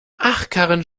achkarren